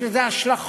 יש לזה השלכות.